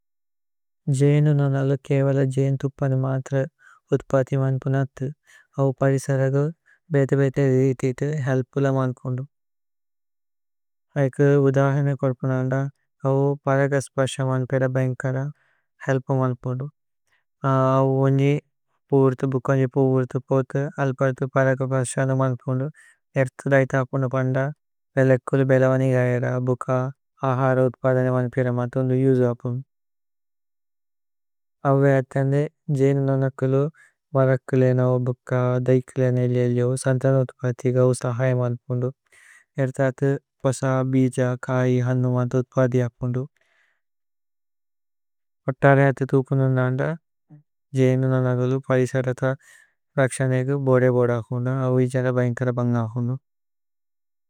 ജീനു നനലോ കേവല ജീന് ഥുപ്പനു മത്ര ഉത്പതി മന്പുനത്ഥു അവു പദിസരഗവു ബേതേ ബേതേ രിഥിത് ഇ തു ഹേല്പു ല മന്പുന്ദു ഏക് ഉദഹന കോരുപനന്ദ, അവു പരഗ സ്പശ മന്പിര ബൈന്ഗ്കര ഹേല്പു മന്പുന്। ദു അവു ഓന്ജി ബൂര്ഥു ബുകോന്ജി ബൂര്ഥു പോഥു അല്പഥു പരഗ സ്പശ ന മന്പുന്ദു। ഏര്ഥ ദൈഥ അപുന്ദു। പന്ദ ബേലേക്കുലു ബേലവനി ഗൈര, ബുക, അഹര ഉത്പദ। ന മന്പിര മന്പുന്ദു യുജു അപുന്ദു അവു ഏ അഥ്യനേ। ജീനു നനകുലു മരക്കു ലേനൌ ബുക ദൈക്കു ലേനൌ। ജേല്ജൌ, സന്തന ഉത്പതി ഗൌ സഹയ മന്പുന്ദു ഏര്ഥ। അഥ, പസ, ബിജ, കൈ, ഹന്ദു മന്പുന്ദു ഉത്പദി। അപുന്ദു ഓതര അഥ ഥുപ്പുനു നന്ദ ജീനു। നനകുലു പരിസരഥ രക്ശനേഗു ബോദേ ബോദേ। അപുന്ദു അവു ഇജന ബൈന്ഗ്കര ബന്ഗ അപുന്ദു।